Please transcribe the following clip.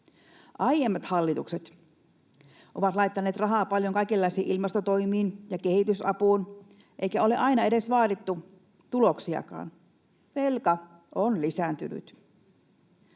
Aiemmat hallitukset ovat laittaneet rahaa paljon kaikenlaisiin ilmastotoimiin ja kehitysapuun, eikä ole aina edes vaadittu tuloksiakaan. Velka on lisääntynyt.